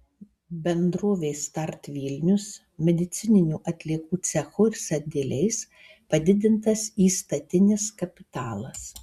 bendrovei start vilnius medicininių atliekų cechu ir sandėliais padidintas įstatinis kapitalas